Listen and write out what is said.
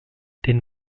den